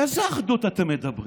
על איזה אחדות אתם מדברים?